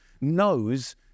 knows